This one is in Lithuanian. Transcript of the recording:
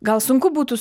gal sunku būtų